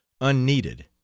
unneeded